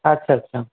আচ্ছা আচ্ছা